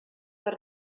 per